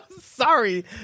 Sorry